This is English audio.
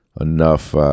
enough –